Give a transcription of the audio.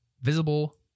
visible